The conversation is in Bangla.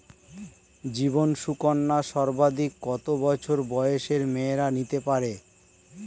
জীবন সুকন্যা সর্বাধিক কত বছর বয়সের মেয়েরা নিতে পারে?